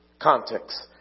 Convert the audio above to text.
context